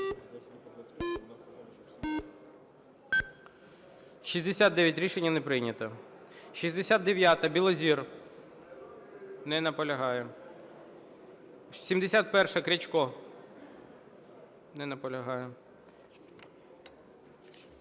За-69 Рішення не прийнято. 69-а. Білозір. Не наполягає. 71-а, Крячко. Не наполягає.